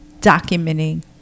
documenting